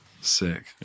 Sick